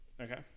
Okay